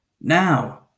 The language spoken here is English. Now